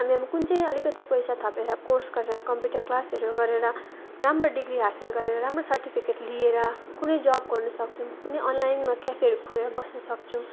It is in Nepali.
हामी अब कुन चाहिँ अलिकति पैसा थपेर कोर्स गरेर कम्प्युटर क्लासहरू गरेर राम्रो डिग्री हासिल गरेर राम्रो सर्टिफिकेट लिएर कुनै जब गर्नु सक्छौँ कुनै अनलाइनमा क्याफेहरू खोलेर बस्न सक्छौँ